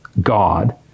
God